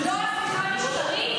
לא נכון.